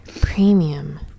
Premium